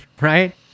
right